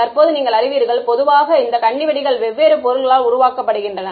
தற்போது நீங்கள் அறிவீர்கள் பொதுவாக இந்த கண்ணிவெடிகள் வெவ்வேறு பொருள்களால் உருவாக்கப்படுகின்றன